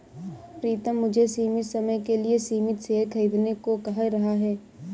प्रितम मुझे सीमित समय के लिए सीमित शेयर खरीदने को कह रहा हैं